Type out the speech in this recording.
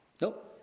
nope